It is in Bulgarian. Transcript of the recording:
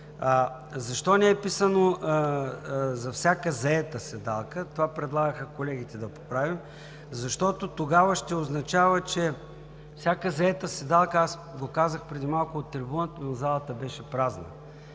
Защо не е писано: „за всяка заета седалка“ – това предлагаха колегите да поправим? Защото тогава ще означава, че всяка заета седалка – аз го казах преди малко от трибуната, но залата беше празна.